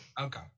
okay